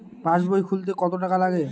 পাশবই খুলতে কতো টাকা লাগে?